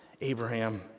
Abraham